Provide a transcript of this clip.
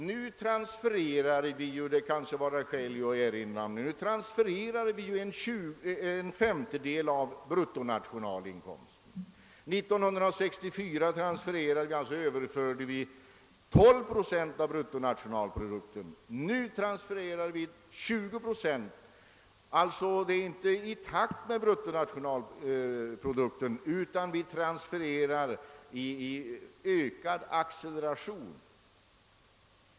Nu transfererar vi — det kanske kan vara skäl att erinra därom — 20 procent av bruttonationalprodukten; 1964 transfererade vi 12 procent av bruttonationalprodukten. Vi transfererar alltså inte i takt med ökningen av bruttonationalprodukten utan i ökad acceleration.